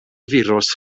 firws